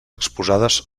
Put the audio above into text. exposades